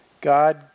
God